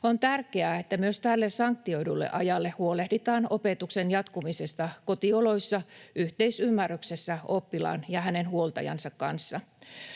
On tärkeää, että myös tälle sanktioidulle ajalle huolehditaan opetuksen jatkumisesta kotioloissa yhteisymmärryksessä oppilaan ja hänen huoltajansa kanssa.